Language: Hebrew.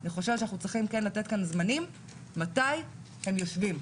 אני חושבת שאנחנו צריכים לתת כאן זמנים מתי הם יושבים.